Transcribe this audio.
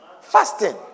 Fasting